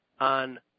on